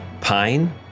Pine